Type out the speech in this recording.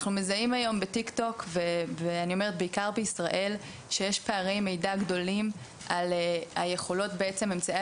אנחנו מזהים בטיק-טוק ישראל פערי מידע גדולים לגבי אמצעי